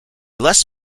less